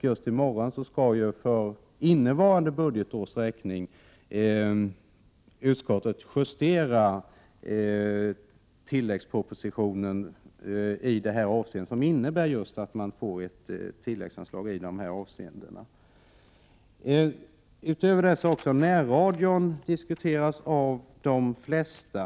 Just i morgon skall utskottet justera innevarande års tilläggsproposition i det avseendet, och den justeringen innebär just ett tilläggsanslag i det här avseendet. Också närradion har diskuterats av de flesta talarna.